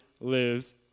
lives